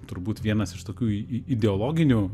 turbūt vienas iš tokių i i ideologinių